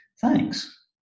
thanks